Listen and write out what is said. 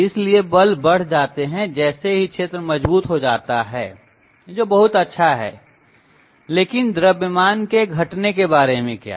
इसलिए बल बढ़ जाते हैं जैसे ही क्षेत्र मजबूत हो जाता है जो बहुत अच्छा है लेकिन द्रव्यमान के घटने के बारे में क्या